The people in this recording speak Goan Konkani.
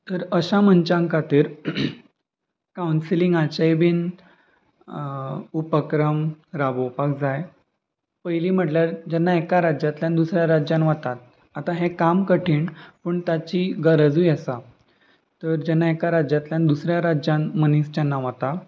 तर अशा मनशां खातीर कावन्सिलिंगांचेंय बीन उपक्रम राबोवपाक जाय पयलीं म्हटल्यार जेन्ना एका राज्यांतल्यान दुसऱ्या राज्यान वतात आतां हें काम कठीण पूण ताची गरजूय आसा तर जेन्ना एका राज्यांतल्यान दुसऱ्या राज्यान मनीस जेन्ना वता